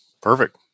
Perfect